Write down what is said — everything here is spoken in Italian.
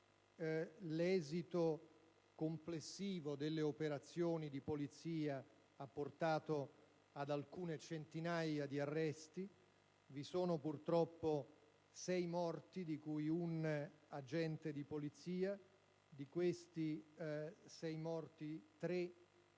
L'esito complessivo delle operazioni di polizia ha portato ad alcune centinaia di arresti. Vi sono purtroppo sei morti, di cui un agente di polizia. Di questi sei morti, tre